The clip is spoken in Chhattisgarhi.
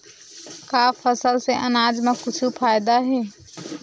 का फसल से आनाज मा कुछु फ़ायदा हे?